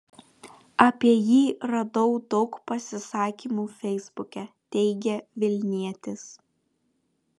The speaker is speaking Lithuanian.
apie jį radau daug pasisakymų feisbuke teigė vilnietis